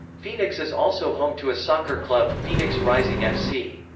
phoenix is also home to a soccer club, phoenix rising fc.